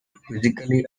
quizzically